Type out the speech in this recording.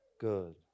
good